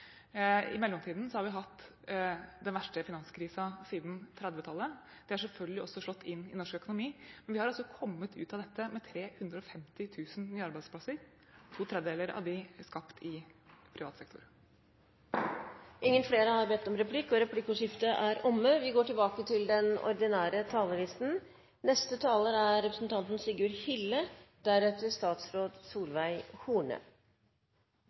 I mellomtiden har vi hatt den verste finanskrisen siden 1930-tallet. Det har selvfølgelig også slått inn i norsk økonomi. Men vi har altså kommet ut av dette med 350 000 nye arbeidsplasser. To tredjedeler av dem er skapt i privat sektor. Replikkordskiftet er omme.